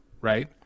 right